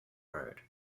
road